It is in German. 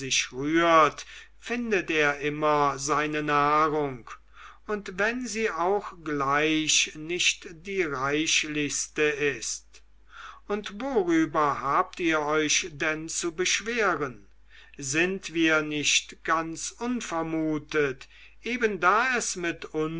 rührt findet er immer seine nahrung und wenn sie auch gleich nicht die reichlichste ist und worüber habt ihr euch denn zu beschweren sind wir nicht ganz unvermutet eben da es mit